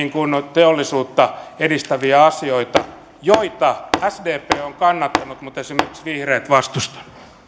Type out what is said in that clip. teollisuutta edistäviä asioita joita sdp on kannattanut mutta esimerkiksi vihreät vastustanut